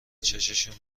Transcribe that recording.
چششون